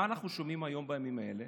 מה אנחנו שומעים היום, בימים האלה,